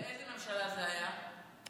ובאיזו ממשלה זה היה,